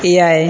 ᱮᱭᱟᱭ